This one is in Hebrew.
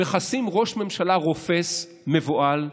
שמכסים ראש ממשלה רופס, מבוהל,